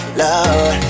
love